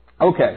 Okay